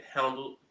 handled